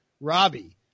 Robbie